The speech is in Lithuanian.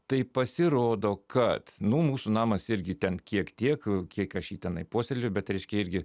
tai pasirodo kad nu mūsų namas irgi ten kiek tiek kiek aš jį tenai puoselėju bet ryškia irgi